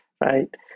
right